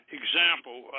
example